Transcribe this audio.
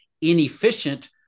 inefficient